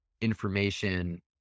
information